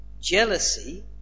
jealousy